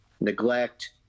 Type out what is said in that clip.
neglect